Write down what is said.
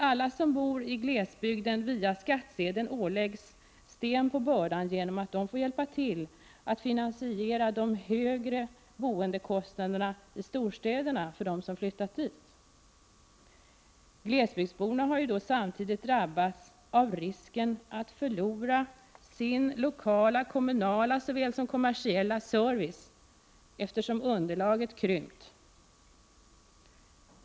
Alla som bor i glesbygden åläggs — via skattsedeln — sten på bördan, eftersom de får hjälpa till att finansiera de höga boendekostnaderna i storstäderna till förmån för dem som har flyttat dit. Glesbygdsborna drabbas samtidigt av risken att förlora såväl sin lokala, kommunala som kommersiella service, eftersom underlaget krymper.